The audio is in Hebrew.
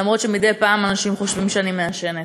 למרות שמדי פעם אנשים חושבים שאני מעשנת.